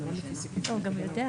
הוא גם יודע.